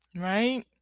right